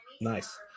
Nice